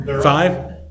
Five